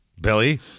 Billy